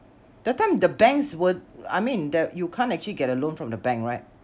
that time the banks were I mean that you can't actually get a loan from the bank right